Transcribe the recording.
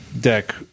deck